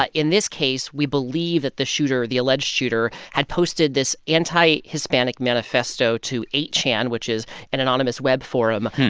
ah in this case, we believe that the shooter the alleged shooter had posted this anti-hispanic manifesto to eight chan, chan, which is an anonymous web forum,